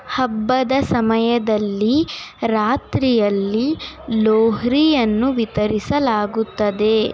ಹಬ್ಬದ ಸಮಯದಲ್ಲಿ ರಾತ್ರಿಯಲ್ಲಿ ಲೋಹ್ರಿಯನ್ನು ವಿತರಿಸಲಾಗುತ್ತದೆ